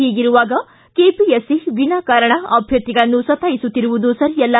ಹೀಗಿರುವಾಗ ಕೆಪಿಎಸ್ಸಿ ವಿನಾಕಾರಣ ಅಭ್ದರ್ಧಿಗಳನ್ನು ಸತಾಯಿಸುತ್ತಿರುವುದು ಸರಿ ಅಲ್ಲ